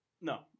No